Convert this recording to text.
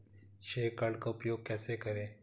श्रेय कार्ड का उपयोग कैसे करें?